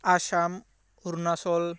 Assam Arunachal